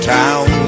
town